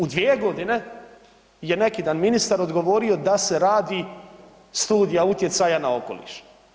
U 2 godine je neki dan ministar odgovorio da se radi studija utjecaja na okoliš.